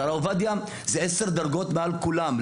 שהרב עובדיה זה עשר דרגות מעל כולם,